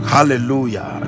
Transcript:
Hallelujah